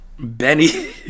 Benny